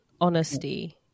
Honesty